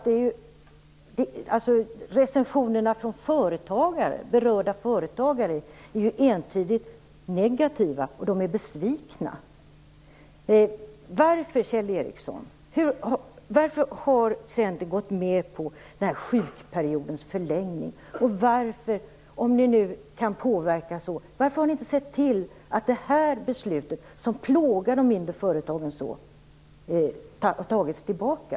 Men recensionerna från berörda företagare är entydigt negativa. De är besvikna. Varför har Centern gått med på en förlängning av sjukperioden, Kjell Ericsson? Om ni nu kan påverka, varför har ni inte sett till att det beslut som plågar de mindre företagen har tagits tillbaka?